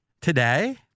today